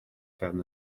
fewn